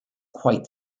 quite